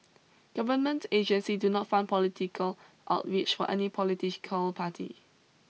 government agencies do not fund political outreach for any political party